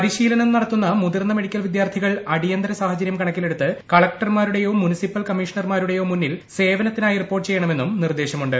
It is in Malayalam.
പരിശീലനം നടത്തുന്ന മുതിർന്ന മെഡിക്കൽ വിദ്യാർത്ഥികൾ അടിയന്തിര സാഹചരൃം കണക്കിലെടുത്ത് കളക്ടർമാരുടെയോ മുൻസിപ്പൽ കമ്മീഷണർമാരുടെയോ മുന്നിൽ സേവനത്തിനായി റിപ്പോർട്ട് ചെയ്യണമെന്നും നിർദ്ദേശമുണ്ട്